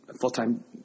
full-time